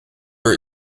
are